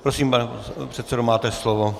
Prosím, pane předsedo, máte slovo.